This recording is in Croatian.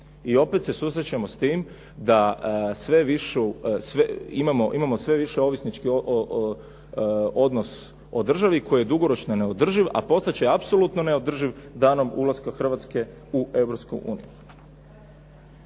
I opet se susrećemo s tim da imamo sve više ovisnički odnos o državi koji je dugoročno neodrživ, a postat će apsolutno neodrživ danom ulaska Hrvatske u